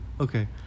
okay